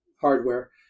hardware